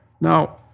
Now